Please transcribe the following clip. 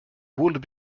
would